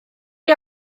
chi